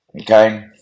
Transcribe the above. Okay